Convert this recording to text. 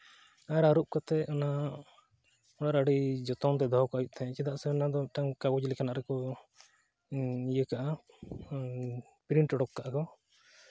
ᱟᱨ ᱟᱹᱨᱩᱵ ᱠᱟᱛᱮᱫ ᱚᱱᱟ ᱚᱱᱟᱨᱮ ᱟᱹᱰᱤ ᱡᱚᱛᱚᱱ ᱛᱮ ᱫᱚᱦᱚ ᱠᱟᱜ ᱦᱩᱭᱩᱜ ᱛᱟᱦᱮᱸᱫ ᱪᱮᱫᱟᱜ ᱥᱮ ᱚᱱᱟ ᱫᱚ ᱢᱤᱫᱴᱟᱱ ᱠᱟᱜᱚᱡᱽ ᱞᱮᱠᱟᱱᱟᱜ ᱨᱮᱠᱚ ᱤᱭᱟᱹ ᱠᱟᱜᱼᱟ ᱯᱨᱤᱱᱴ ᱩᱰᱩᱠ ᱠᱟᱜᱼᱟ ᱠᱚ